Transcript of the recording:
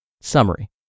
Summary